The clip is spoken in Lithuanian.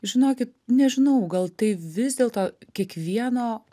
žinokit nežinau gal tai vis dėlto kiekvieno